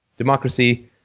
Democracy